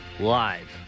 Live